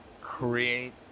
create